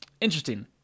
Interesting